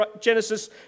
Genesis